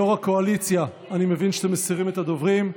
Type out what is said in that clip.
יו"ר הקואליציה, אני מבין שאתם מסירים את הדוברים.